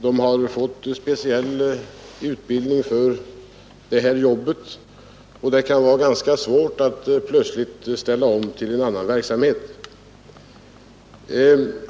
Den har fått särskild utbildning för det arbete det gäller, och det kan vara ganska svårt att plötsligt ställa om till annan verksamhet.